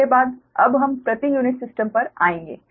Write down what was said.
इसके बाद अब हम प्रति यूनिट सिस्टम पर आएँगे